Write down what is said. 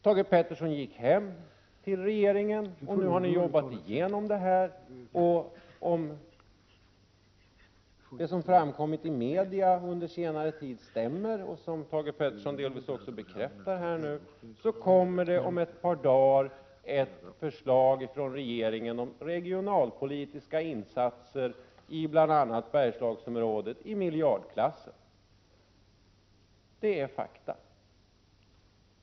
Thage G Peterson gick hem till regeringen, och nu har man jobbat igenom förslaget. Om det som har framkommit i media under senare tid, och som Thage G Peterson nu delvis bekräftar, stämmer skall det om ett par dagar komma ett förslag från regeringen om regionalpolitiska insatser i bl.a. Bergslagsområdet i miljardklassen. Det är fakta.